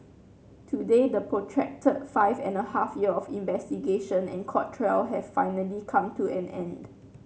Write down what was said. today the protracted five and a half year of investigation and court trial have finally come to an end